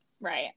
Right